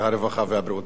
הרווחה והבריאות.